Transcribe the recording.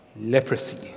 leprosy